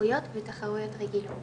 אליפויות ותחרויות רגילות